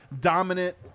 dominant